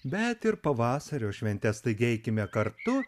bet ir pavasario šventes taigi eikime kartu